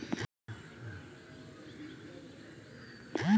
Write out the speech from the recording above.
ई योजना दू हेक्टेअर सं कम जमीन बला छोट किसान लेल छै